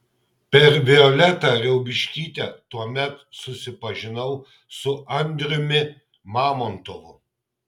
per violetą riaubiškytę tuomet susipažinau su andriumi mamontovu